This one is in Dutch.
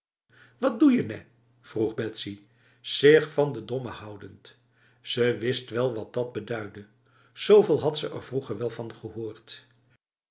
wat doe je nèh vroeg betsy zich van de domme houdend ze wist wel wat dat beduidde zveel had ze er vroeger wel van gehoord